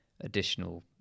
additional